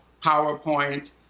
PowerPoint